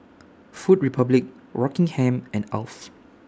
Food Republic Rockingham and Alf